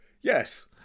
Yes